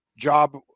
job